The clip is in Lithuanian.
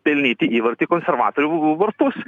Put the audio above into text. pelnyti įvartį į konservatorių vartus